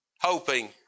hoping